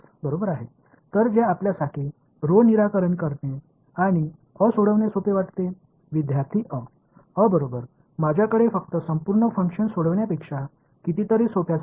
எனவே இந்த அல்லது a எதை தீர்ப்பது உங்களுக்கு எளிதாகத் தெரிகிறது மாணவர்A ஒரு முழு செயல்பாட்டிற்கும் தீர்வு காண்பதை விட மிகவும் எளிதான ஒரு கொத்தான எண்ணிக்கையை நான் தீர்க்க வேண்டும்